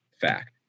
fact